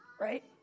right